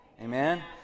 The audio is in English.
Amen